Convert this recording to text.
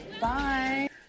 Bye